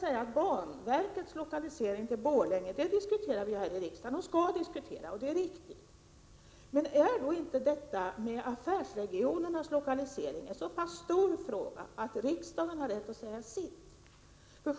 Banverkets lokalisering till Borlänge skall diskuteras här i riksdagen — det är riktigt, det skall vi göra. Men är då inte också detta med affärsregionernas lokalisering en så pass stor fråga att riksdagen har rätt att säga sitt?